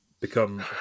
become